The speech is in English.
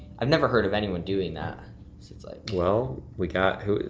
i've never heard of anyone doing that, so it's like well, we got who,